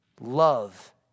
love